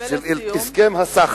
הסכם הסחר.